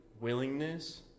willingness